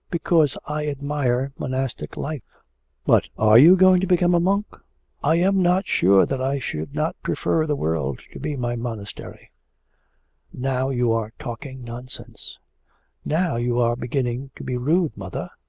because i admire monastic life but are you going to become a monk i am not sure that i should not prefer the world to be my monastery now you are talking nonsense now you are beginning to be rude, mother.